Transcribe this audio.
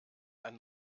ein